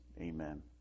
Amen